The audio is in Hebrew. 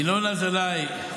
ינון אזולאי,